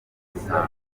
yisanga